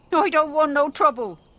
oi don't want no trouble!